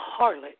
harlot